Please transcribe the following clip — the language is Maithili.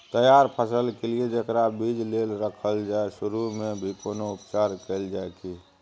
तैयार फसल के लिए जेकरा बीज लेल रखल जाय सुरू मे भी कोनो उपचार कैल जाय की?